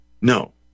No